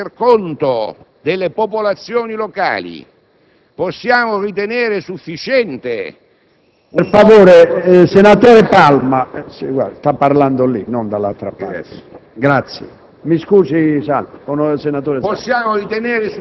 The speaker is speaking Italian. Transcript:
Il secondo punto riguarda la visione burocratica della comunità locale ribadita nell'esposizione odierna del ministro Parisi. Faccio un richiamo al programma dell'Unione, il quale evidenzia in questo campo